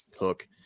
hook